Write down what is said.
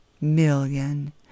million